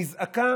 נזעקה